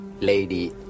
lady